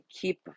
keep